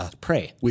pray